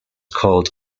called